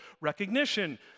recognition